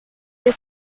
que